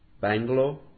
Bangalore